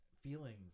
feeling